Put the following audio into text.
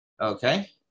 okay